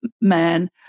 man